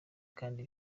kandi